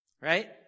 right